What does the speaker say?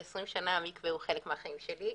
ו-20 שנה המקווה הוא חלק מהחיים שלי.